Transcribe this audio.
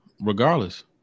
Regardless